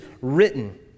written